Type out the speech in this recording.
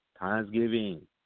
Thanksgiving